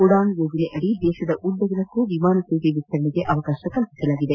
ಉಡಾನ್ ಯೋಜನೆಯಡಿ ದೇತದ ಉದ್ದಗಲಕ್ಕೂ ವಿಮಾನ ಸೇವೆ ವಿಸ್ತರಣೆಗೆ ಅವಕಾಶ ಕಲ್ಪಿಸಲಾಗಿದೆ